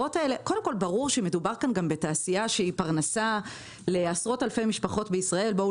ברור שמדובר כאן בתעשייה שהיא פרנסה לעשרות אלפי משפחות בישראל בואו